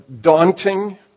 daunting